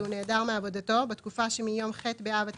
והוא נעדר מעבודתו בתקופה שמיום ח' באב התשפ"ב,